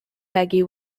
peggy